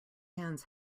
hands